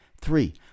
Three